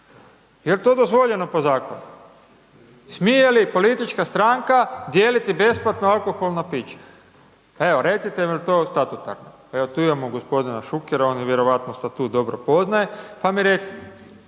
jel to dozvoljeno po zakonu? Smije li politička stranka dijeliti besplatno alkoholna pića? Evo, recite mi jel to statut takav? Evo, tu imamo g. Šukera, on je vjerojatno status dobro poznaje, pa mi recite.